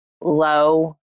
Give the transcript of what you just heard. low